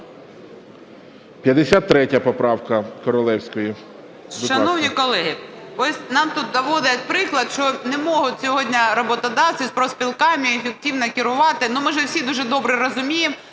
КОРОЛЕВСЬКА Н.Ю. Шановні колеги, ось нам тут наводять приклад, що не можуть сьогодні роботодавці з профспілками ефективно керувати. Ми ж всі дуже добре розуміємо,